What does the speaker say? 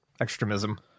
extremism